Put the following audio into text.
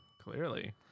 Clearly